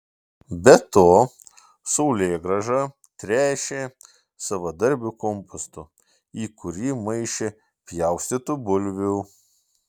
be to saulėgrąžą tręšė savadarbiu kompostu į kurį maišė pjaustytų bulvių